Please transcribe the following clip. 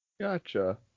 Gotcha